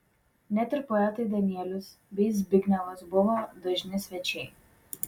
net ir poetai danielius bei zbignevas buvo dažni svečiai